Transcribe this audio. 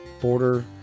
border